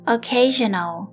Occasional